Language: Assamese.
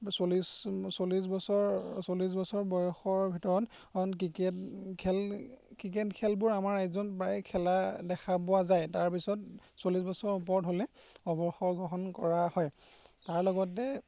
চল্লিছ চল্লিছ বছৰ চল্লিছ বছৰ বয়সৰ ভিতৰত ক্ৰিকেট খেল ক্ৰিকেট খেলবোৰ আমাৰ এজত প্ৰায় খেলা দেখা পোৱা যায় তাৰপিছত চল্লিছ বছৰ ওপৰত হ'লে অৱসৰ গ্ৰহণ কৰা হয় তাৰ লগতে